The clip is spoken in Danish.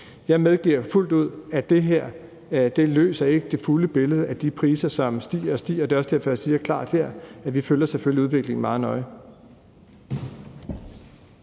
Jeg medgiver fuldt ud, at det her ikke løser det hele i forhold til det fulde billede af de priser, som stiger og stiger, og det er også derfor, jeg siger klart her, at vi selvfølgelig følger udviklingen meget nøje.